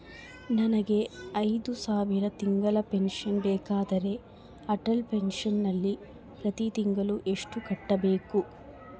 ನನಗೆ ಐದು ಸಾವಿರ ತಿಂಗಳ ಪೆನ್ಶನ್ ಬೇಕಾದರೆ ಅಟಲ್ ಪೆನ್ಶನ್ ನಲ್ಲಿ ಪ್ರತಿ ತಿಂಗಳು ಎಷ್ಟು ಕಟ್ಟಬೇಕು?